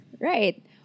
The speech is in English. Right